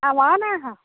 আমাৰো নাই হোৱা